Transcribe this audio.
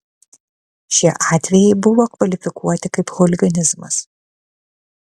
šie atvejai buvo kvalifikuoti kaip chuliganizmas